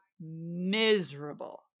miserable